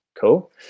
cool